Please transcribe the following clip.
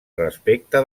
respecte